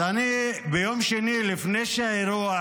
ביום שני, לפני שאירע